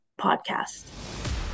podcast